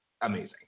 Amazing